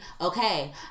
okay